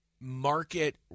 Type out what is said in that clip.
market